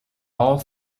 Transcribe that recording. all